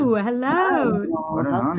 Hello